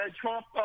Trump